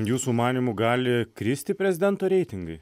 jūsų manymu gali kristi prezidento reitingai